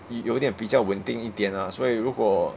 有有一点比较稳定一点 ah 所以如果